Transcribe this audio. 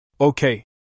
Okay